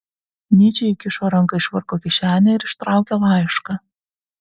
nyčė įkišo ranką į švarko kišenę ir ištraukė laišką